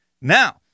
Now